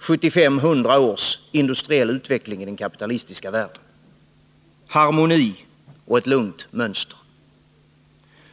75-100 års industriell utveckling i den kapitalistiska världen.